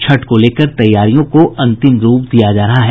छठ को लेकर तैयारियों को अंतिम रूप दिया जा रहा है